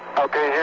okay,